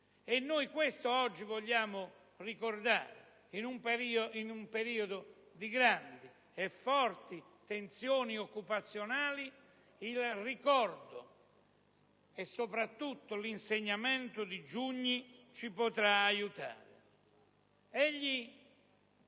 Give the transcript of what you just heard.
difeso. Oggi vogliamo ricordare questo: in un periodo di grandi e forti tensioni occupazioni, il ricordo e soprattutto l'insegnamento di Giugni ci potrà aiutare.